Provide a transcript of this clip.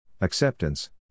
acceptance